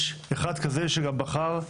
יש אחד כזה שגם בחר,